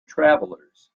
travelers